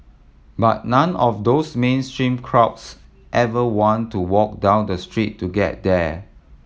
but none of those mainstream crowds ever want to walk down the street to get there